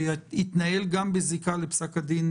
שיתנהל גם בזיקה לפסק הדין,